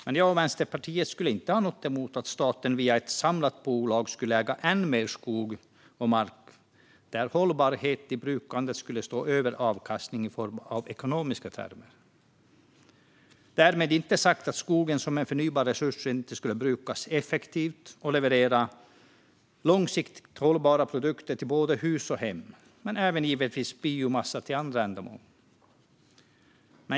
Men jag och Vänsterpartiet skulle inte ha något emot att staten via ett samlat bolag ägde än mer skog och mark där hållbarhet i brukandet stod över avkastning i ekonomiska termer. Därmed inte sagt att skogen som en förnybar resurs inte skulle brukas effektivt och leverera långsiktigt hållbara produkter till både hus och hem, men givetvis även biomassa till andra ändamål.